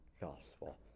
gospel